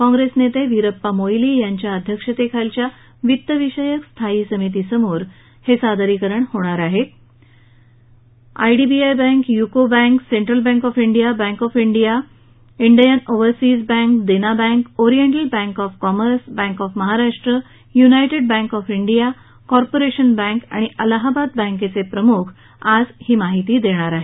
काँग्रेस नेते वीरप्पा मोईली यांच्या अध्यक्षतेखालच्या वित्तविषयक स्थायी समितीसमोर IDBI bank UCO bank central bank of India bank of India Indian overseas bank Dena bank oriental bank of commerce bank of Maharashtra united bank of India corporation bank आणि अलाहाबाद बँकेचे प्रमुख आज ही माहिती देणार आहेत